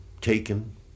taken